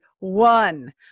one